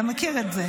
אתה מכיר את זה.